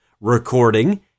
Recording